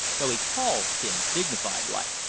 so he calls tim dignified like.